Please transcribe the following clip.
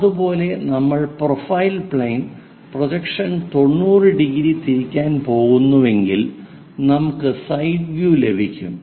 അതുപോലെ നമ്മൾ profile plane projection 90 degree തിരിക്കാൻ പോകുന്നുവെങ്കിൽ നമുക്ക് സൈഡ് വ്യൂ ലഭിക്കും